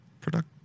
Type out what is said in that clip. Product